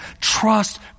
Trust